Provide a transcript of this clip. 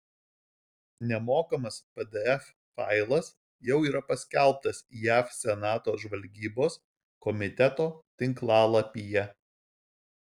nemokamas pdf failas jau yra paskelbtas jav senato žvalgybos komiteto tinklalapyje